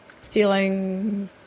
stealing